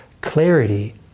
clarity